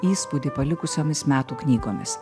įspūdį palikusiomis metų knygomis